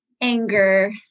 anger